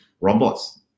robots